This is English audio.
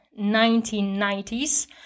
1990s